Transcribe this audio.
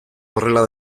horrela